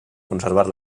conservar